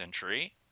century